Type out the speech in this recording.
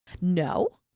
No